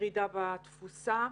ירידה בתפוסה.